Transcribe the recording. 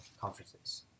conferences